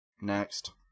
Next